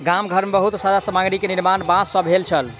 गाम घर मे बहुत सज्जा सामग्री के निर्माण बांस सॅ भेल छल